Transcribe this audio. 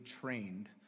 trained